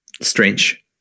Strange